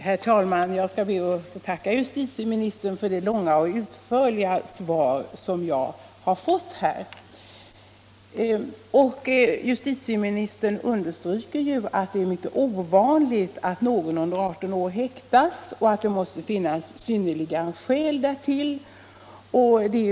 Herr talman! Jag ber att få tacka justitieministern för det långa och utförliga svar som jag har fått. Justitieministern understryker att det är mycket ovanligt att någon under 18 år häktas och att det måste finnas synnerliga skäl därtill.